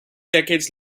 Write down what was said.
decades